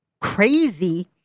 crazy